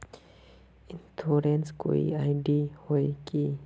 Insurance कोई ID होय है की?